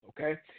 Okay